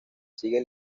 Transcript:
sigue